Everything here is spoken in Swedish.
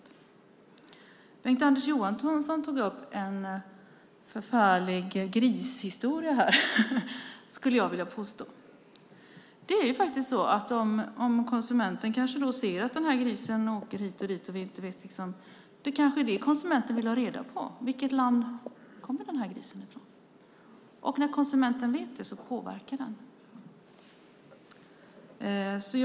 Bengt-Anders Johansson tog upp en förfärlig grishistoria här, skulle jag vilja påstå. Om konsumenten vet att grisen åker hit och dit vill kanske konsumenten ha reda på vilket land grisen kommer från. När konsumenten vet det påverkar det valet.